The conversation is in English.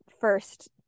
first